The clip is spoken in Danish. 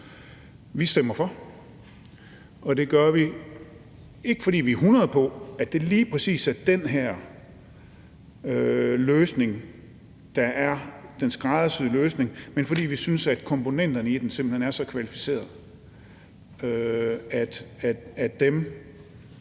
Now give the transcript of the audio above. Vi stemmer for, og det gør vi, ikke fordi vi er hundrede på, at det lige præcis er den her løsning, der er den skræddersyede løsning, men fordi vi synes, at komponenterne i den simpelt hen er så kvalificerede, at